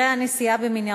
כאן כי,